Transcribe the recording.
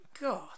God